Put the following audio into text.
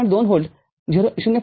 २ volt